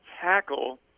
tackle